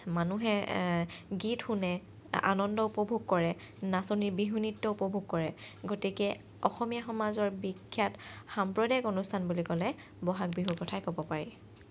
মানুহে গীত শুনে আনন্দ উপভোগ কৰে নাচনীৰ বিহু নৃত্য উপভোগ কৰে গতিকে অসমীয়া সমাজৰ বিখ্যাত সাম্প্ৰদায়িক অনুষ্ঠান বুলি ক'লে বহাগ বিহুৰ কথাই ক'ব পাৰি